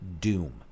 doom